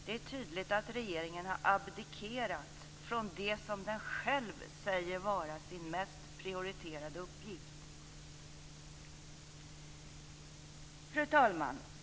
Det är tydligt att regeringen har abdikerat från det som den själv säger vara sin mest prioriterade uppgift. Fru talman!